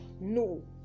No